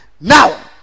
Now